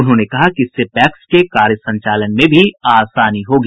उन्होंने कहा कि इससे पैक्स के कार्य संचालन में भी आसानी होगी